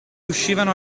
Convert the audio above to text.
uscivano